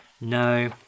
no